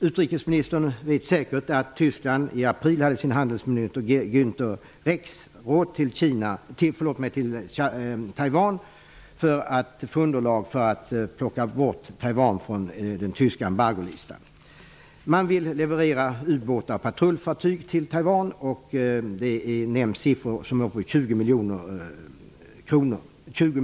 Utrikesministern vet säkert att Tyskland i april hade sin handelsminister på Taiwan för att få underlag för att kunna plocka bort Taiwan från den tyska embargolistan. Man vill leverera ubåtar och patrullfartyg till Taiwan. Det nämns siffror som 20 miljarder kronor.